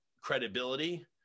credibility